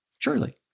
Surely